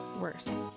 Worse